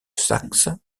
saxe